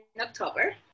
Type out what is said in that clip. October